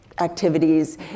activities